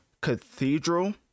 cathedral